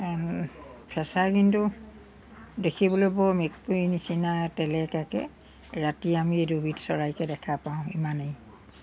ফেঁচাই কিন্তু দেখিবলৈ বৰ মেকুৰী নিচিনা তেলেকাকৈ ৰাতি আমি এই দুবিধ চৰাইকে দেখা পাওঁ ইমানেই